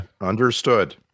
Understood